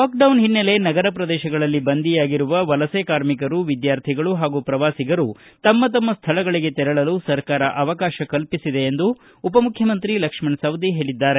lockdown ಹಿನ್ನೆಲೆ ನಗರ ಪ್ರದೇಶಗಳಲ್ಲಿ ಬಂದಿಯಾಗಿರುವ ವಲಸೆ ಕಾರ್ಮಿಕರು ವಿದ್ಯಾರ್ಥಿಗಳು ಹಾಗೂ ಪ್ರವಾಸಿಗರು ತಮ್ಮ ತಮ್ಮ ಸ್ಥಳಗಳಿಗೆ ತೆರಳಲು ಸರ್ಕಾರ ಅವಕಾಶ ಕಲ್ಪಿಸಿದೆ ಎಂದು ಉಪಮುಖ್ಯಮಂತ್ರಿ ಲಕ್ಷ್ಮಣ ಸವದಿ ಹೇಳಿದ್ದಾರೆ